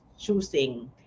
choosing